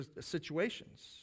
situations